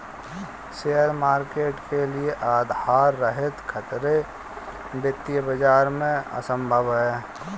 share market के लिये आधार रहित खतरे वित्तीय बाजार में असम्भव हैं